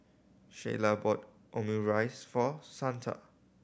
Sheyla bought Omurice for Santa